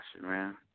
man